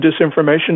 disinformation